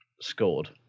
scored